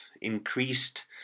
increased